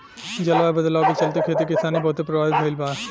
जलवायु बदलाव के चलते, खेती किसानी बहुते प्रभावित भईल बा